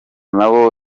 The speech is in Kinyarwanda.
nabo